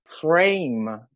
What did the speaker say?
frame